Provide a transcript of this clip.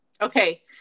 Okay